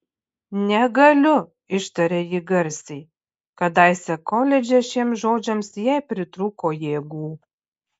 negaliu ištarė ji garsiai kadaise koledže šiems žodžiams jai pritrūko jėgų